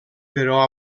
però